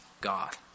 God